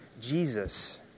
Jesus